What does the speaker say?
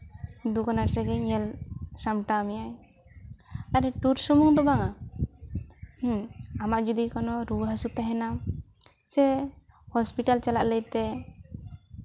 ᱫᱩᱠ ᱟᱱᱟᱴ ᱨᱮᱜᱮ ᱧᱮᱞ ᱥᱟᱢᱴᱟᱣ ᱢᱮᱭᱟᱭ ᱟᱨ ᱴᱩᱨ ᱥᱩᱢᱩᱝ ᱫᱚ ᱵᱟᱝᱟ ᱦᱮᱸ ᱟᱢᱟᱜ ᱡᱩᱫᱤ ᱠᱳᱱᱳ ᱨᱩᱣᱟᱹ ᱦᱟᱹᱥᱩ ᱛᱟᱦᱮᱱᱟ ᱥᱮ ᱦᱚᱥᱯᱤᱴᱟᱞ ᱪᱟᱞᱟᱜ ᱞᱟᱹᱭᱛᱮ